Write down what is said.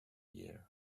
year